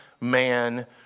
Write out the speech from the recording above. man